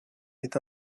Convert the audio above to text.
est